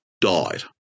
died